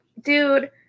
dude